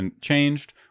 changed